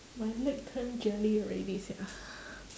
my leg turned jelly already sia